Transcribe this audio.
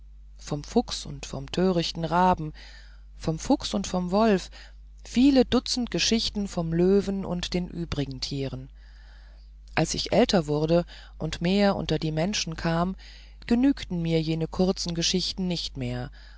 vom fuchs und vom törichten raben vom fuchs und vom wolf viele dutzend geschichten vom löwen und den übrigen tieren als ich älter wurde und mehr unter die menschen kam genügten mir jene kurzen geschichten nicht mehr